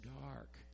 dark